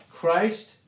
Christ